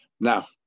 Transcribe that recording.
Now